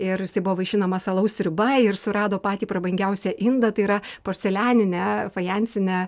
ir jisai buvo vaišinamas alaus sriuba ir surado patį prabangiausią indą tai yra porcelianinę fajansinę